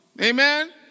Amen